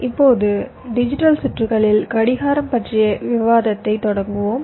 இப்போது டிஜிட்டல் சுற்றுகளில் கடிகாரம் பற்றிய விவாதத்தைத் தொடங்குவோம்